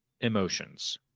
emotions